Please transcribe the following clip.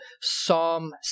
Psalm